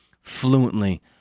fluently